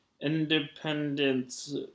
Independence